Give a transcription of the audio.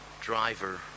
driver